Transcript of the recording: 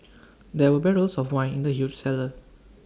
there were barrels of wine in the huge cellar